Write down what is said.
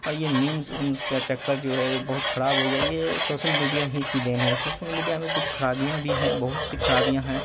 اور یہ میمس ویمس کا چکر جو ہے بہت خراب ہو گیا یہ سوسل میڈیا ہی کی دین ہے سوسل میڈیا میں کچھ خرابیاں بھی ہیں بہت سی خرابیاں ہیں